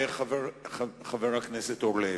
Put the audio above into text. חבר הכנסת אורלב,